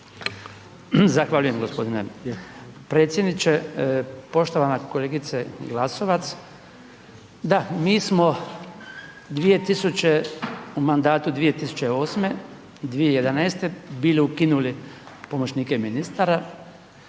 Zahvaljujem gospodine predsjedniče. Poštovana kolegice Glasovac, da mi smo 2000 u mandatu 2008. – 2011. bili ukinuli pomoćnike ministara